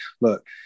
look